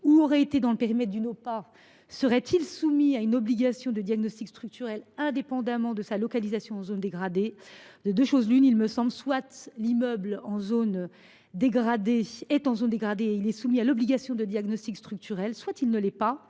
ou aurait été dans le périmètre d’une Opah serait il soumis à une obligation de diagnostic structurel indépendamment de sa localisation en zone dégradée ? De deux choses l’une : ou bien l’immeuble est en zone dégradée et il est soumis à l’obligation de diagnostic structurel, ou bien il ne l’est pas,